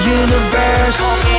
universe